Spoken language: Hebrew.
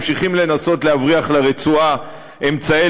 ממשיכים לנסות להבריח לרצועה אמצעי